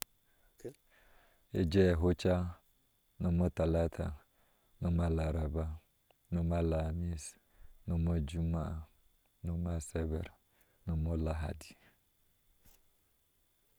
Ejee a huca, nom atalata, nom a laraba, nom a alahamis, nom ojummaa, nom ma asabar, non o lahadi